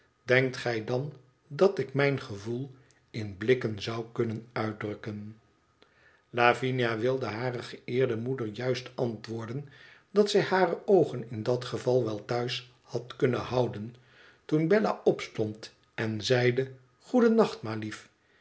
denkt gij dan dat ik mijn gevoel in blikken zou kunnen uitdrukken lavinia wilde hare geëerde moeder juist antwoorden dat zij hare oogen in dat geval wel thuis had kunnen houden toen bella opstond en zeide goedennacht ma lief